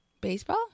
baseball